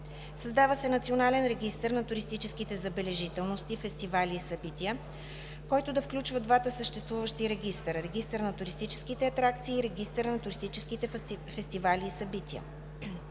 Създава се Национален регистър на туристическите забележителности, фестивали и събития, който да включва двата съществуващи регистъра – Регистъра на туристическите атракции и Регистъра на туристическите фестивали и събития.